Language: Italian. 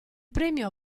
premio